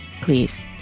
Please